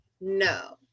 No